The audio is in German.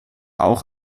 auch